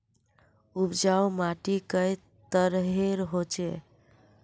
उपजाऊ माटी कई तरहेर होचए?